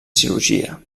cirurgia